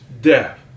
death